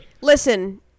Listen